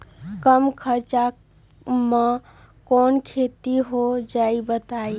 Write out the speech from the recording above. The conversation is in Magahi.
कम खर्च म कौन खेती हो जलई बताई?